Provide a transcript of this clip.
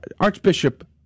Archbishop